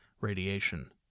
Radiation